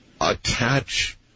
attach